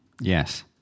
Yes